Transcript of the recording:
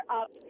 up